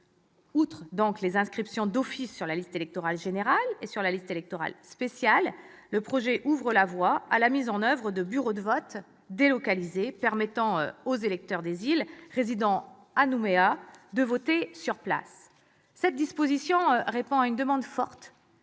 Outre les inscriptions d'office sur la liste électorale générale et sur la liste électorale spéciale, le projet de loi organique ouvre la voie à la mise en place de bureaux de vote délocalisés, permettant aux électeurs des îles résidant à Nouméa de voter sur place. Cette disposition répond à une demande forte